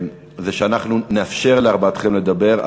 שנאפשר לארבעתם לדבר.